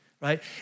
right